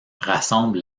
rassemble